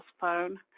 phone